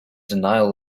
denial